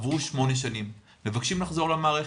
עברו שמונה שנים ומבקשים לחזור למערכת.